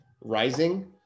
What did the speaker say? rising